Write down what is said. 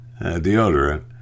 deodorant